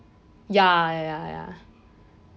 ya ya ya